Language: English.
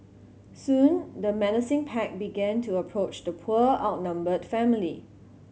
soon the menacing pack began to approach the poor outnumbered family